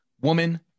woman